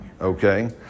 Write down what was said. Okay